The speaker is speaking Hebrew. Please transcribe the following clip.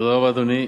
תודה רבה, אדוני.